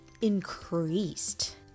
increased